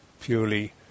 purely